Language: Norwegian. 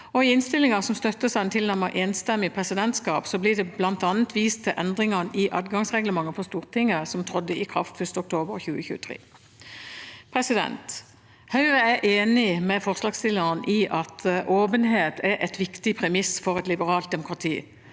I innstillingen som støttes av et tilnærmet enstemmig presidentskap, blir det bl.a. vist til endringene i adgangsreglementet for Stortinget som trådte i kraft 1. oktober 2023. Høyre er enig med forslagsstillerne i at åpenhet er et viktig premiss for et liberalt demokrati,